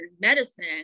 medicine